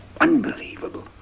Unbelievable